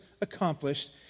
accomplished